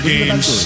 Games